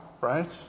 right